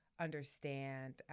understand